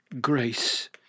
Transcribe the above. grace